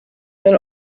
and